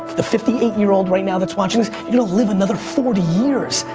the fifty eight year old right now that's watching this you'll live another forty years.